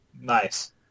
Nice